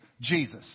Jesus